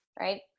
right